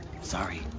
sorry